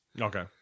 Okay